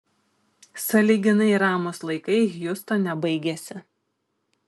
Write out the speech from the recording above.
sąlyginai ramūs laikai hjustone baigėsi